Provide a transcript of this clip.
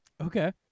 Okay